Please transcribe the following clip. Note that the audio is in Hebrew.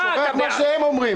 הוא שוכח מה שהם אומרים,